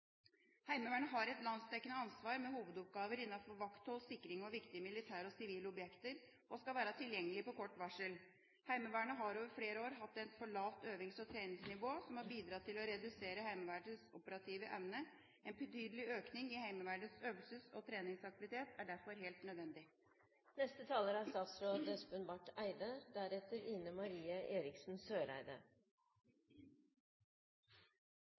Heimevernet har et landsdekkende ansvar med hovedoppgaver innenfor vakthold og sikring av viktige militære og sivile objekter og skal være tilgjengelig på kort varsel. Heimevernet har over flere år hatt et for lavt øvings- og treningsnivå, som har bidratt til å redusere Heimevernets operative evne. En betydelig økning i Heimevernets øvelses- og treningsaktivitet er derfor helt nødvendig.